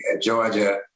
Georgia